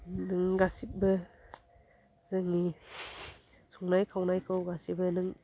नों गासिबो जोंनि संनाय खावनायखौ गासिबो नों